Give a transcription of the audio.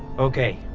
okay.